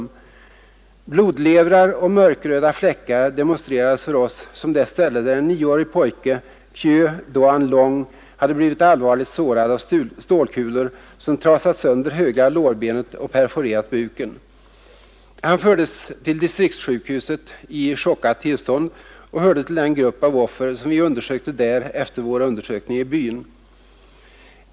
Blodlevrar och mörkröda fläckar demonstrerades för oss som det ställe där en nioårig pojke, Kieu Doan Long, hade blivit allvarligt sårad av stålkulor, som trasat sönder högra lårbenet och perforerat buken. Han fördes till distriktssjukhuset i chockat tillstånd och hörde till den grupp av offer som vi undersökte där efter vår undersökning i byn.